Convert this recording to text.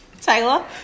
Taylor